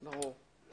תודה.